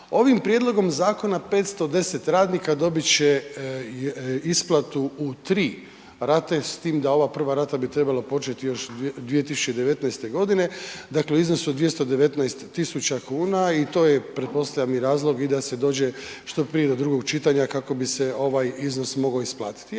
Ovim prijedlogom zakona 510 radnika dobit će isplatu u 3 rate s time da ova prva rata bi trebala početi još 2019. g., dakle u iznosu od 219 tisuća kuna i to je pretpostavljam i razlog da se dođe što prije do drugog čitanja kako bi se ovaj iznos mogao isplatiti.